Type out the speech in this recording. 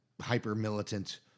hyper-militant